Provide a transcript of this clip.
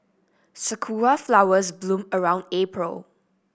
sakura flowers bloom around April